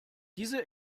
diese